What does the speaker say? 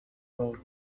road